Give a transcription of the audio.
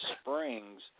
springs